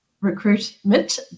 recruitment